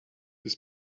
his